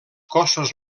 cossos